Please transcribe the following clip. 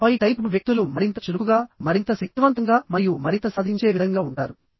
ఆపై type B వ్యక్తు లు మరింత చురుకుగా మరింత శక్తివంతంగా మరియు మరింత సాధించే విధంగా ఉంటారు